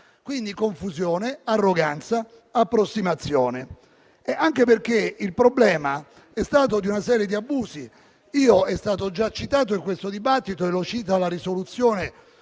Quindi, confusione, arroganza e approssimazione, anche perché il problema è stato di una serie di abusi, come è stato già citato in questo dibattito e come riporta la risoluzione